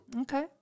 Okay